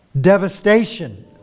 Devastation